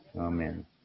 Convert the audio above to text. Amen